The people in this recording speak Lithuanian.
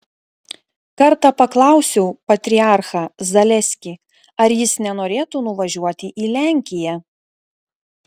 kartą paklausiau patriarchą zaleskį ar jis nenorėtų nuvažiuoti į lenkiją